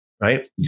right